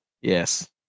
Yes